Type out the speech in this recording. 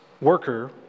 worker